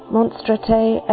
Monstrate